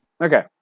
Okay